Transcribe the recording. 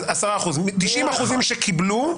שזה 10%. מ-90% שקיבלו,